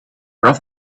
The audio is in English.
rough